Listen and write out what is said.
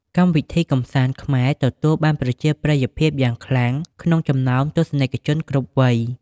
កម្មវិធីកម្សាន្ត ខ្មែរទទួលបានប្រជាប្រិយភាពយ៉ាងខ្លាំងក្នុងចំណោមទស្សនិកជនគ្រប់វ័យ។